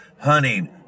hunting